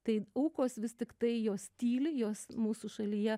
tai aukos vis tiktai jos tyli jos mūsų šalyje